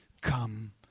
come